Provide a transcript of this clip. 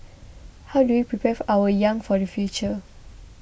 how do we prepare for our young for the future